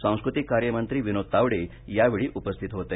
सांस्कृतिक कार्यमंत्री विनोद तावडे यावेळी उपस्थित होते